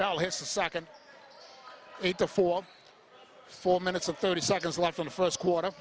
now here's the second eight to forty four minutes and thirty seconds left on the first quarter